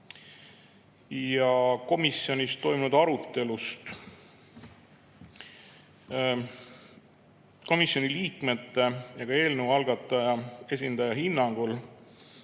kordama. Komisjonis toimunud arutelust. Komisjoni liikmete ja ka eelnõu algataja esindaja hinnangul